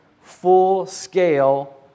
full-scale